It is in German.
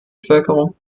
bevölkerung